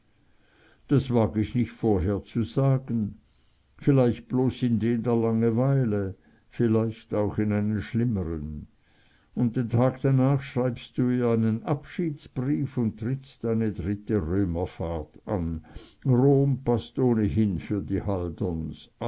das wag ich nicht vorherzusagen vielleicht bloß in den der langweile vielleicht auch in einen schlimmeren und den tag danach schreibst du ihr einen abschiedsbrief und trittst deine dritte römerfahrt an rom paßt ohnehin für die halderns